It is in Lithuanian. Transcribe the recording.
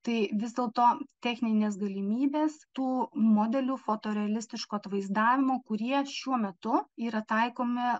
tai vis dėlto techninės galimybės tų modelių fotorealistiško atvaizdavimo kurie šiuo metu yra taikomi